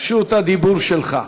רשות הדיבור שלך.